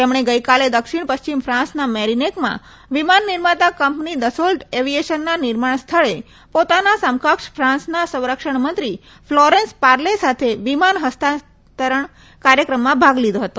તેમણે ગઇકાલે દક્ષિણ પશ્ચિમ ફાન્સના મેરિનેકમાં વિમાન નિર્માતા કંપની દસોલ્ટ એવિએશનના નિર્માણ સ્થળે પોતાના સમકક્ષ ફાન્સના સંરક્ષણમંત્રી ફ્લોરેન્સ પાર્લે સાથે વિમાન ફસ્તાંતરણ કાર્યક્રમમાં ભાગ લીધો હતો